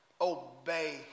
obey